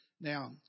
Now